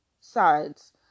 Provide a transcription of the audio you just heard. sides